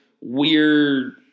weird